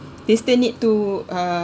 they still need to uh